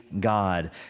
God